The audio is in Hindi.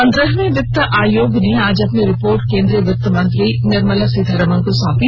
पंद्रहवें वित्त आयोग ने आज अपनी रिपोर्ट केन्द्रीय वित्त मंत्री निर्मला सीतारामन को सौंपी